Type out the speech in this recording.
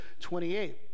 28